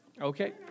Okay